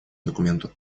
документу